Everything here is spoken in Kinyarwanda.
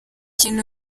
indi